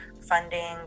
funding